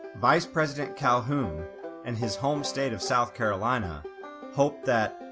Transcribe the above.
vice president calhoun and his home state of south carolina hoped that,